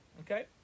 Okay